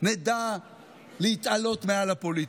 נדע להתעלות מעל הפוליטיקה.